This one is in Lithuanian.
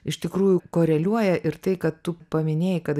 iš tikrųjų koreliuoja ir tai kad tu paminėjai kad